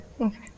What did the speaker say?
Okay